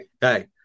hey